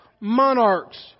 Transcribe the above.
monarchs